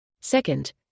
Second